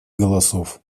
голосов